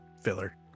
filler